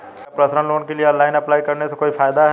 क्या personal loan के लिए ऑनलाइन अप्लाई करने से कोई फायदा है?